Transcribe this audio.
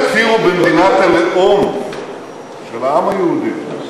יכירו במדינת הלאום של העם היהודי.